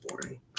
boring